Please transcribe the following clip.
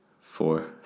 Four